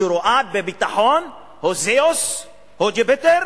שרואה בביטחון זאוס או יופיטר,